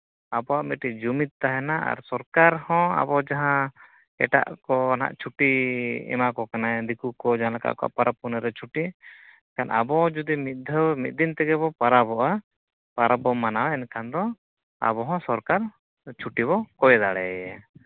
ᱟᱵᱚᱣᱟᱜ ᱢᱤᱫᱴᱤᱡ ᱡᱩᱢᱤᱫ ᱛᱟᱦᱮᱱᱟ ᱟᱨ ᱥᱚᱨᱠᱟᱨ ᱦᱚᱸ ᱟᱵᱚ ᱡᱟᱦᱟᱸ ᱮᱴᱟᱜ ᱠᱚ ᱱᱟᱦᱟᱜ ᱪᱷᱩᱴᱤ ᱮᱢᱟᱠᱚ ᱠᱟᱱᱟᱭ ᱫᱤᱠᱩ ᱠᱚ ᱡᱟᱦᱟᱸ ᱞᱮᱠᱟ ᱟᱠᱚᱣᱟᱜ ᱯᱚᱨᱚᱵᱽ ᱯᱩᱱᱟᱹᱭ ᱨᱮ ᱪᱷᱩᱴᱤ ᱮᱱᱠᱷᱟᱱ ᱟᱵᱚ ᱡᱩᱫᱤ ᱢᱤᱫ ᱫᱷᱟᱣ ᱢᱤᱫ ᱫᱤᱱ ᱛᱮᱜᱮ ᱵᱚᱱ ᱯᱚᱨᱚᱵᱚᱜᱼᱟ ᱯᱚᱨᱚᱵᱽ ᱵᱚᱱ ᱢᱟᱱᱟᱣᱟ ᱮᱱᱠᱷᱟᱱ ᱫᱚ ᱟᱵᱚ ᱦᱚᱸ ᱥᱚᱨᱠᱟᱨ ᱪᱷᱩᱴᱤ ᱵᱚ ᱠᱚᱭ ᱫᱟᱲᱮ ᱟᱭᱟ